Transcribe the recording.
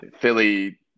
Philly